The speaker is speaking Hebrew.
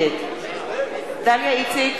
נגד דליה איציק,